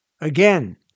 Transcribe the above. Again